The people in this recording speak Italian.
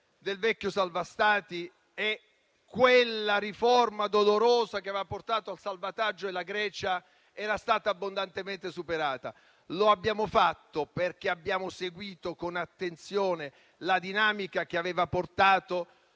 del vecchio salva Stati e quella riforma dolorosa che aveva portato al salvataggio della Grecia era stata abbondantemente superata. Lo abbiamo fatto perché abbiamo seguito con attenzione la dinamica che aveva portato